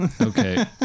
Okay